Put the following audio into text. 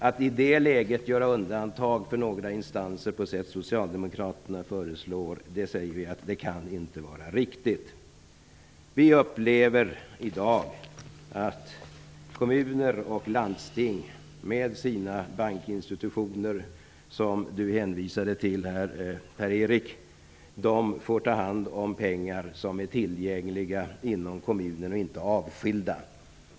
Att i det läget göra undantag för några instanser på det sätt som socialdemokraterna föreslår kan inte vara riktigt. Vi upplever i dag att kommuner och landsting med sina bankinstitutioner får ta hand om pengar som är tillgängliga inom kommunen och inte avskilda.